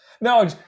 No